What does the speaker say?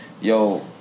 yo